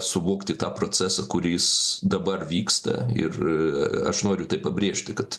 suvokti tą procesą kuris dabar vyksta ir aš noriu tai pabrėžti kad